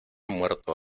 muerto